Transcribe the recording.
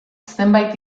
zenbait